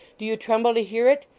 do you tremble to hear it!